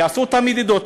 יעשו את המדידות,